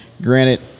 granted